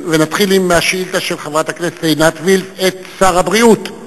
ונתחיל בשאילתא של חברת הכנסת עינת וילף לשר הבריאות.